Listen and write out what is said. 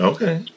Okay